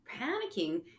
panicking